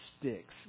sticks